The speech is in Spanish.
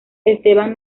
esteban